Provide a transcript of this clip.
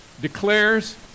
declares